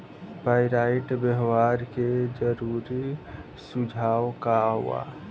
Pyrite व्यवहार के जरूरी सुझाव का वा?